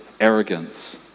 arrogance